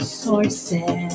sources